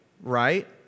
right